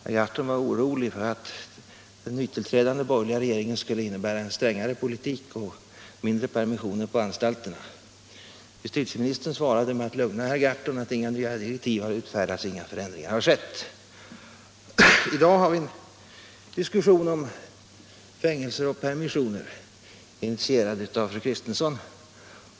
Han var orolig för att den nytillträdande borgerliga regeringen skulle innebära en strängare politik och färre permissioner på anstalterna. Justitieministern svarade med att lugna herr Gahrton med att inga nya direktiv har utfärdats och att inga förändringar har skett. I dag har vi en diskussion om fängelser och permissioner, initierad av fru Kristensson.